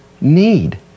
need